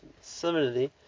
similarly